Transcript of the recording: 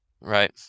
Right